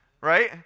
Right